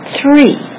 Three